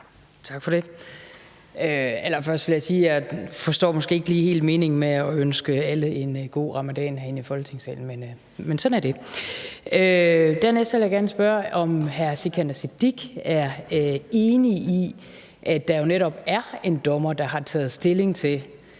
Tak for det. Allerførst vil jeg sige, at jeg måske ikke lige helt forstår meningen med at ønske alle en god ramadan herinde i Folketingssalen, men sådan er det. Dernæst vil jeg gerne spørge, om hr. Sikandar Siddique er enig i, at der jo netop er en dommer, der har taget stilling til,